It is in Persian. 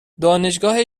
دانشگاهش